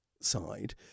side